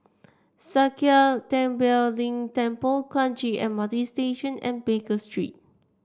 Sakya Tenphel Ling Temple Kranji M R T Station and Baker Street